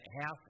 half